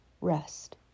rest